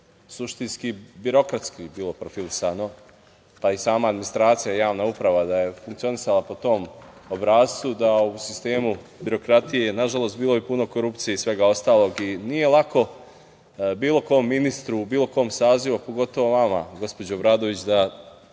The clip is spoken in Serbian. suštinski birokratski bilo profilisano, pa i sama administracija i javna uprava da je funkcionisala po tom obrascu da je u sistemu birokratije nažalost bilo i puno korupcije i svega ostalog i nije lako bilo kom ministru bilo kog saziva, pogotovo vama, gospođo Obradović, da